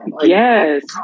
Yes